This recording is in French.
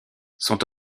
sont